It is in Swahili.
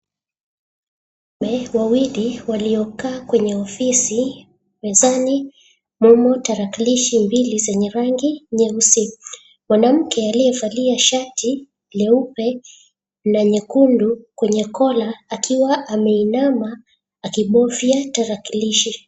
Wanaume wawili waliokaa kwenye ofosi, mezani mmo tarakilishi mbili zenye rangi nyeusi. Mwanamke aliyevalia shati leupe na nyekundu kwenye kola akiwa ameinama akibofya tarakilishi.